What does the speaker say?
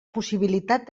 possibilitat